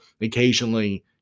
Occasionally